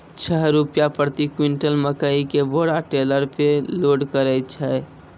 छह रु प्रति क्विंटल मकई के बोरा टेलर पे लोड करे छैय?